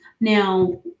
Now